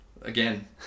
Again